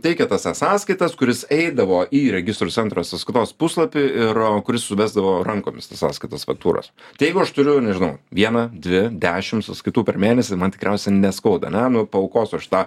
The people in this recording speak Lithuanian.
teikia tas e sąskaitas kuris eidavo į registrų centro e sąskaitos puslapį ir kuris suvesdavo rankomis tas sąskaitas faktūras tai jeigu aš turiu nežinau vieną dvi dešim sąskaitų per mėnesį man tikriausiai neskauda ar ne nu paaukosiu aš tą